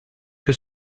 que